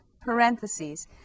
parentheses